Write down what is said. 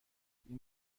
این